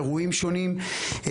אירועים שונים.